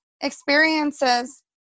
experiences